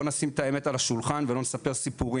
בוא נשים את האמת על השולחן ולא נספר סיפורים.